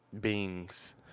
beings